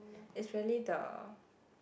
is really the